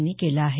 यांनी केलं आहे